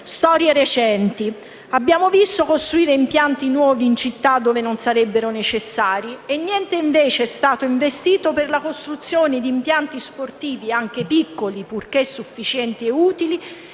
Storie recenti. Abbiamo visto costruire impianti nuovi in città dove non sarebbero necessari e niente invece è stato investito per la costruzione di impianti sportivi, anche piccoli purché sufficienti e utili,